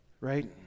Right